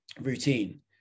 routine